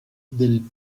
del